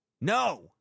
No